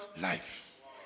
life